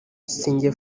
sinjye